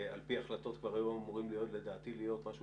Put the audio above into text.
על פי החלטות כבר היו אמורים לדעתי להיות משהו